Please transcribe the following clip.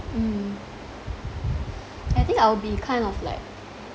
mm I think I'll be kind of like